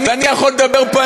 ואני יכול לדבר פה.